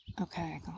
Okay